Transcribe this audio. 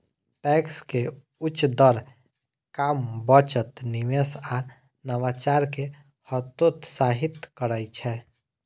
tax के उच्च दर काम, बचत, निवेश आ नवाचार कें हतोत्साहित करै छै